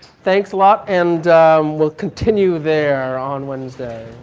thanks a lot and we'll continue there on wednesday.